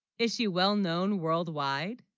issue well-known worldwide